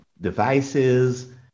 devices